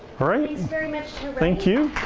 alright. thank you.